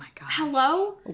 hello